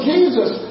Jesus